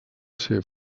ser